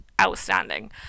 outstanding